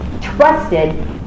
trusted